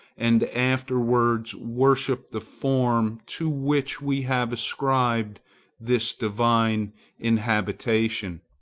and afterwards worship the form to which we have ascribed this divine inhabitation.